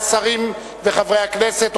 השרים וחברי הכנסת,